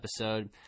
episode